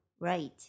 Right